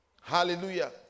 Hallelujah